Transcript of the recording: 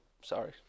sorry